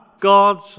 God's